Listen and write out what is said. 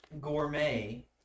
gourmet